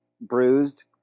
bruised